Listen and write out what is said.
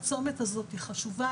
הצומת הזאת היא חשובה,